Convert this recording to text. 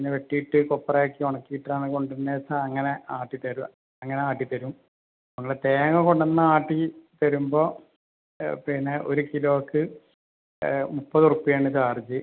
ഇങ്ങനെ വെട്ടിയിട്ട് കൊപ്പ്ര ആക്കിയിട്ട് ഉണക്കിയിട്ടാണ് കൊണ്ടുവരുന്നത് വെച്ചാൽ അങ്ങനെ ആട്ടിത്തരും അങ്ങനെ ആട്ടിത്തരും നിങ്ങൾ തേങ്ങ കൊണ്ടുവന്ന് ആട്ടി തരുമ്പോൾ പിന്നെ ഒരു കിലോക്ക് മുപ്പത് ഉറുപ്പ്യ ആണ് ചാർജ്ജ്